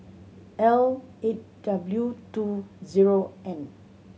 L eight W two zero N